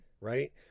right